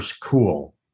cool